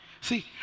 See